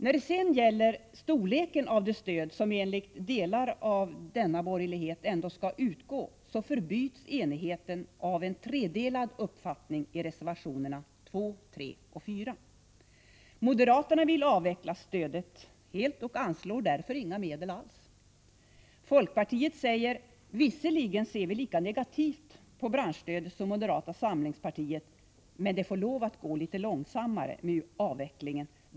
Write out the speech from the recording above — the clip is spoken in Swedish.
När det sedan gäller storleken av det stöd som enligt delar av denna borgerlighet ändå skall utgå så förbyts enigheten av en tredelad uppfattning i reservationerna 2, 3 och 4. Moderaterna vill avveckla stödet helt och anslår därför inga medel alls. Folkpartiet säger: Visserligen ser vi lika negativt på branschstödet som moderata samlingspartiet, men det får lov att gå litet långsammare med avvecklingen.